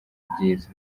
byiza